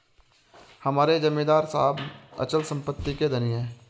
हमारे जमींदार साहब अचल संपत्ति के धनी हैं